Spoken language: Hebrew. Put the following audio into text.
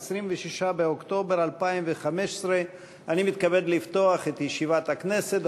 26 באוקטובר 2015. אני מתכבד לפתוח את ישיבת הכנסת.